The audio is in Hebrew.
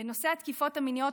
בנושא התקיפות המיניות,